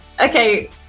okay